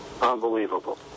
Unbelievable